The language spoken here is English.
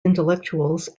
intellectuals